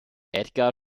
edgar